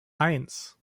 eins